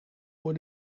voor